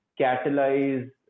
catalyze